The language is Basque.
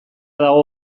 dago